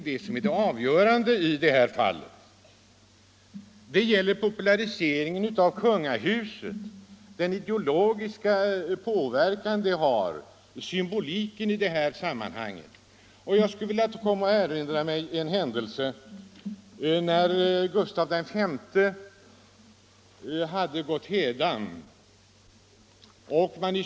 Det gäller här populariseringen av kungahuset genom motivens symbolik och den ideologiska påverkan detta har. Jag erinrar mig vad som hände när Gustaf V gick hädan.